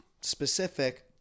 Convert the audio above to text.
specific